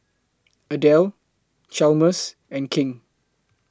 Adelle Chalmers and King